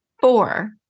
Four